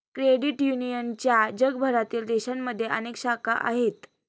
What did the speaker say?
credit युनियनच्या जगभरातील देशांमध्ये अनेक शाखा आहेत